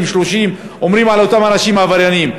30, היו אומרים על אותם אנשים שהם עבריינים.